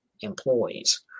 employees